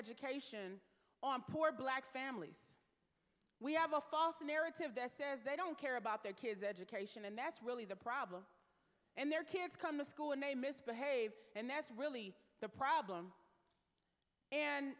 education on poor black families we have a false narrative that says they don't care about their kids education and that's really the problem and their kids come to school and they misbehave and that's really the problem and